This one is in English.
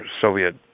Soviet